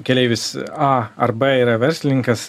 keleivis a ar b yra verslininkas